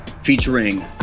featuring